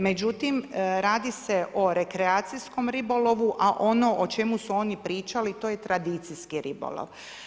Međutim, radi se o rekreacijskom ribolovu a ono o čemu su oni pričali to je tradicijski ribolov.